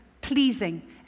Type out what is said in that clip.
pleasing